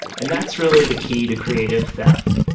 and that's really the key to creative theft.